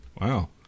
Wow